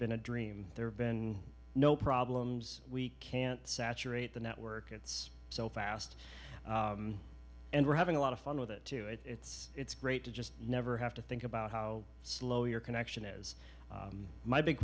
been a dream there have been no problems we can't saturate the network it's so fast and we're having a lot of fun with it too it's it's great to just never have to think about how slow your connection is my big